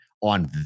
on